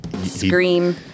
Scream